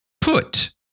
put